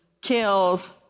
kills